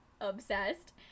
obsessed